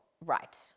Right